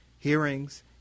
hearings